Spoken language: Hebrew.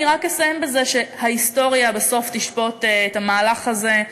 רק אסיים בזה שבסוף ההיסטוריה תשפוט את המהלך הזה.